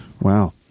Wow